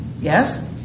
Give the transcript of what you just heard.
Yes